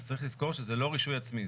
אז צריך לזכור שזה לא רישוי עצמי,